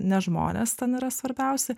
ne žmonės ten yra svarbiausi